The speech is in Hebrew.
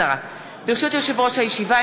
ברשות יושב-ראש הישיבה,